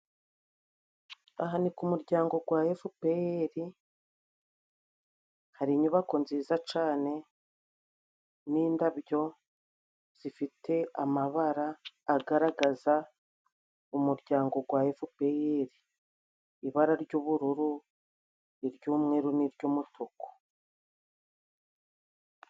Aha ni ku muryango gwa FPR,hari inyubako nziza cane, n'indabyo zifite amabara agaragaza umuryango gwa FPR: ibara ry'ubururu, iry'umweru, n' iry'umutuku.